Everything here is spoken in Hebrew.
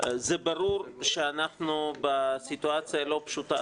זה ברור שאנחנו בסיטואציה לא פשוטה,